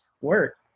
work